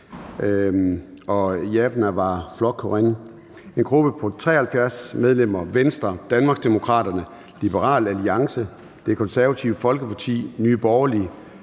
og Javnaðarflokkurin; en gruppe på 73 medlemmer: Venstre, Danmarksdemokraterne, Liberal Alliance, Det Konservative Folkeparti, Nye Borgerlige,